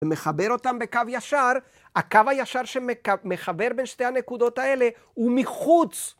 ומחבר אותם בקו ישר, הקו הישר שמחבר בין שתי הנקודות האלה הוא מחוץ.